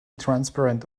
transparent